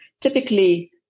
typically